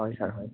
হয় চাৰ হয়